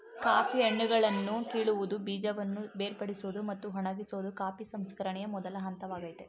coffee ಹಣ್ಣುಗಳನ್ನು ಕೀಳುವುದು ಬೀಜವನ್ನು ಬೇರ್ಪಡಿಸೋದು ಮತ್ತು ಒಣಗಿಸೋದು ಕಾಫಿ ಸಂಸ್ಕರಣೆಯ ಮೊದಲ ಹಂತವಾಗಯ್ತೆ